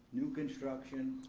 new construction,